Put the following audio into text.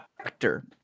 actor